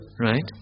Right